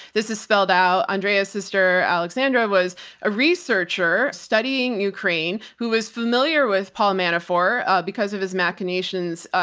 this is spelled out, andrea's sister alexandra was a researcher studying ukraine who was familiar with paul manafort, ah, because of his machinations, ah,